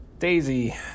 Daisy